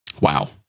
Wow